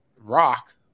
rock